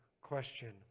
question